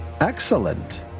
Excellent